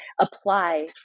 apply